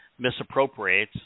misappropriates